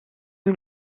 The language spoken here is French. une